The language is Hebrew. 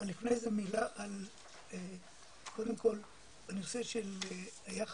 אבל לפני כן מילה על הנושא של היחס